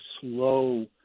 slow